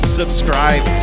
subscribe